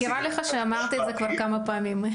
מזכירה לך שאמרת את זה כבר כמה פעמים.